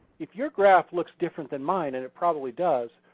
if your graph looks different than mine, and it probably does,